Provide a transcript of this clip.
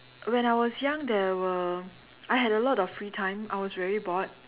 when I was young there were I had a lot of free time I was very bored